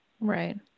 Right